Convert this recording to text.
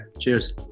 cheers